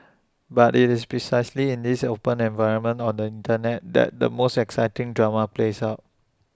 but IT is precisely in this open environment on the Internet that the most exciting drama plays out